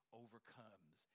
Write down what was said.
overcomes